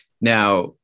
Now